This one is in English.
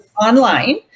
online